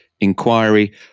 inquiry